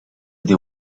they